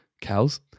cows